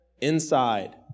inside